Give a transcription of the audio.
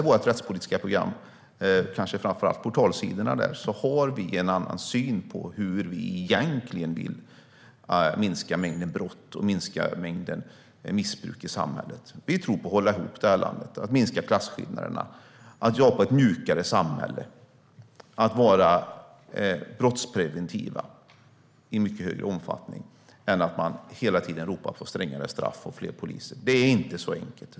I vårt rättspolitiska program, framför allt portalsidorna, kan man se att vi har en annan syn på hur vi egentligen vill minska mängden brott och mängden missbruk i samhället. Vi tror mer på att hålla ihop det här landet, minska klasskillnaderna, jobba för ett mjukare samhälle och vara brottspreventiva i mycket större omfattning än att hela tiden ropa på strängare straff och fler poliser. Det är inte så enkelt.